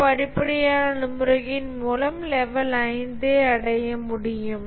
இது படிப்படியான அணுகுமுறையின் மூலம் லெவல் 5 ஐ அடைய முடியும்